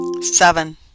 Seven